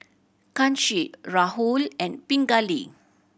Kanshi Rahul and Pingali